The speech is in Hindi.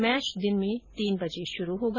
मैच दिन के तीन बजे शुरु होगा